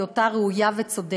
בהיותה ראויה וצודקת.